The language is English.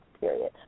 period